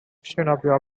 christensen